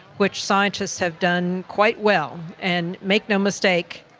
which scientists have done quite well. and make no mistake,